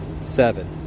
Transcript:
seven